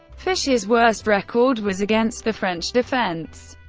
fischer's worst record was against the french defense,